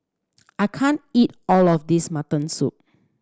I can't eat all of this mutton soup